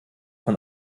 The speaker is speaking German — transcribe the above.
von